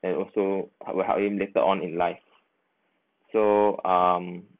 and also I will help him later on in life so um